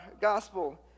gospel